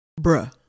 bruh